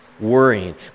worrying